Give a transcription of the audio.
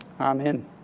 Amen